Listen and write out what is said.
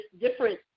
different